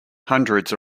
hundreds